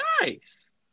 Nice